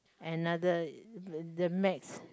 another the max